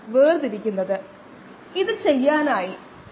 എന്നിട്ട് solid state bio റിയാക്ടറുകൾ